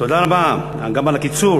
תודה רבה, גם על הקיצור.